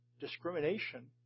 discrimination